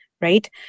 right